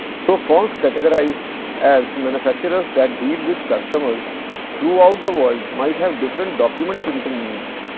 so, firms categorized as manufacturers that deal with customers throughout the world might have different document printing needs